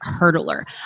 hurdler